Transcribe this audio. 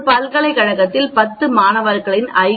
ஒரு பல்கலைக்கழகத்தில் 10 மாணவர்களின் ஐ